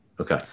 Okay